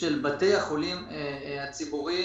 של בתי החולים הציבוריים,